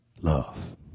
love